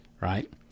right